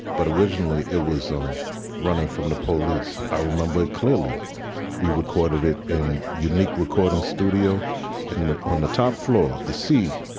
but originally it was running from the police. i remember clearly we recorded it in unique recording studio and on the top floor, the c